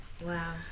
Wow